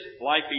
life